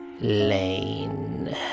Lane